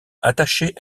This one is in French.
attachée